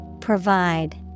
Provide